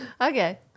okay